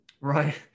Right